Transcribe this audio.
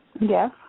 Yes